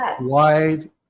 Wide